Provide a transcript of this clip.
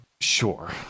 sure